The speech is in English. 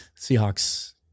Seahawks